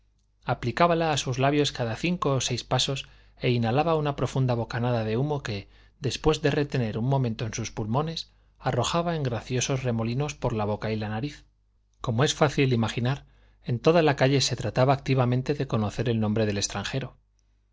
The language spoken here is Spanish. aplicábala a sus labios cada cinco o seis pasos e inhalaba una profunda bocanada de humo que después de retener un momento en sus pulmones arrojaba en graciosos remolinos por la boca y la nariz como es fácil imaginar en toda la calle se trataba activamente de conocer el nombre del extranjero